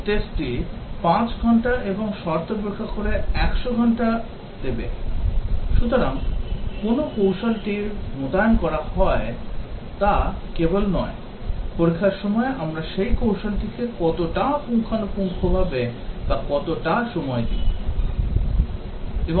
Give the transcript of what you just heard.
Equivalence test টি পাঁচ ঘন্টা এবং শর্ত পরীক্ষা করে 100 ঘন্টা দেবে সুতরাং কোন কৌশলটি মোতায়েন করা হয় তা কেবল নয় পরীক্ষার সময় আমরা সেই কৌশলটিকে কতটা পুঙ্খানুপুঙ্খভাবে বা কতটা সময় দেই